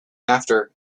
after